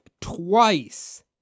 twice